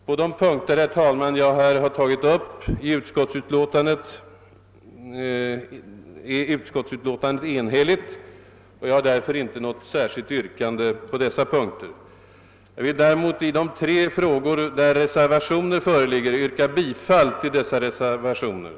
På de punkter jag här tagit upp är utskottsutlåtandet enhälligt, och jag har därför inte något särskilt yrkande på dessa punkter. Jag vill däremot beträffande de tre frågor, där reservationer föreligger, yrka bifall till dessa reservationer.